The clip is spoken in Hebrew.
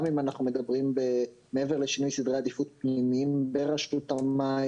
גם אם אנחנו מדברים מעבר לשינוי סדרי עדיפות פנימיים ברשות המים,